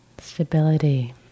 Stability